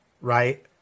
right